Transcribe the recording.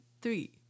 three